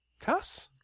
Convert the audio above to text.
cuss